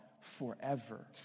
forever